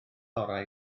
orau